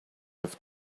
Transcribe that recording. with